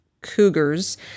Cougars